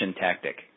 tactic